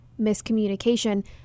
miscommunication